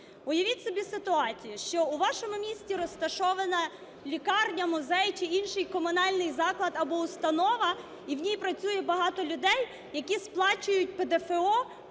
Уявіть собі ситуацію, що у вашому місті розташована лікарня, музей чи інший комунальний заклад або установа і в ній працює багато людей, які сплачують ПДФО